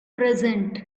present